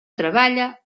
treballa